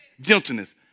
gentleness